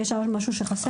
אם חסר שם משהו, בשמחה.